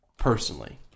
Personally